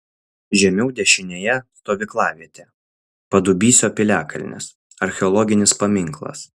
žemiau dešinėje stovyklavietė padubysio piliakalnis archeologinis paminklas